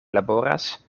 laboras